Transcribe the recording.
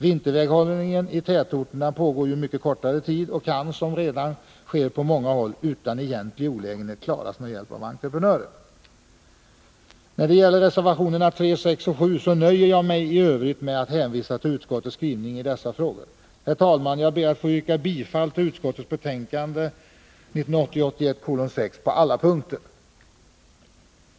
Vinterväghållningen i tätorterna pågår ju mycket kortare tid och kan — såsom redan sker på många håll — utan egentlig olägenhet klaras med hjälp av entreprenörer. När det gäller reservationerna 3, 6 och 7 nöjer jag mig i övrigt med att hänvisa till utskottets skrivning i dessa frågor. Herr talman! Jag ber att få yrka bifall till utskottets hemställan i betänkandet 1980/81:6 på alla punkter.